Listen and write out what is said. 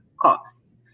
costs